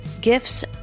gifts